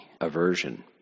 aversion